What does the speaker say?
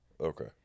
Okay